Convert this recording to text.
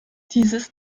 dieses